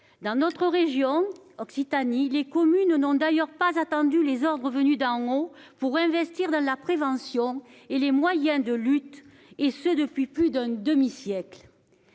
communales. En Occitanie, les communes n'ont d'ailleurs pas attendu les ordres venus d'en haut pour investir dans la prévention et dans les moyens de lutte, et ce depuis plus d'un demi-siècle.